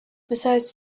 besides